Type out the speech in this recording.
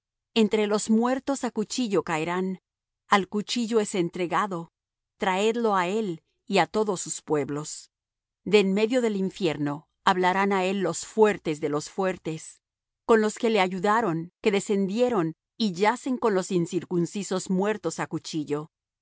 entre los muertos á cuchillo caerán al cuchillo es entregado traedlo á él y á todos sus pueblos de en medio del infierno hablarán á él los fuertes de los fuertes con los que le ayudaron que descendieron y yacen con los incircuncisos muertos á cuchillo